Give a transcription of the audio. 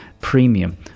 Premium